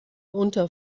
unter